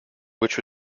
which